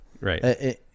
Right